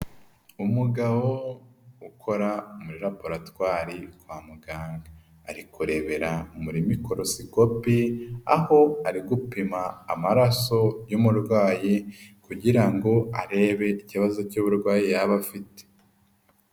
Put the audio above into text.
Umugabo ukora muri laboratwari kwaganga, ari kurebera muri mikorosikopi, aho ari gupima amaraso y'umurwayi kugira ngo arebe ikibazo cy'uburwayi yaba afite.